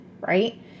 right